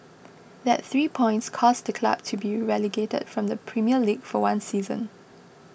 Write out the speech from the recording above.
that three points caused the club to be relegated from the Premier League for one season